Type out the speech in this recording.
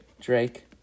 Drake